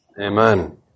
Amen